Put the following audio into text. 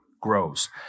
grows